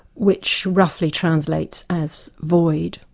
which roughly translates as void,